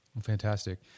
Fantastic